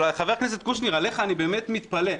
אבל חבר הכנסת קושניר, עליך אני באמת מתפלא.